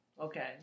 Okay